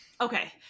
Okay